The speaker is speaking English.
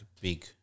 Big